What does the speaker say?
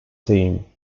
team